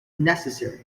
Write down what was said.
necessary